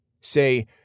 Say